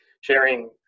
sharing